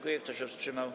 Kto się wstrzymał?